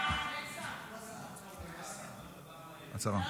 הגז הפחמימני המעובה (תיקון מס'